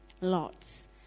lots